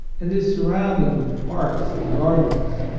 and is surrounded with parks and gardens.